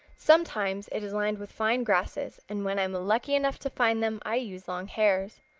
sometimes it is lined with fine grasses, and when i am lucky enough to find them i use long hairs.